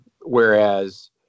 whereas